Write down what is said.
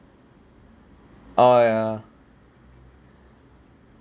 oh ya